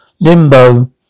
Limbo